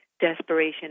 desperation